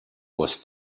was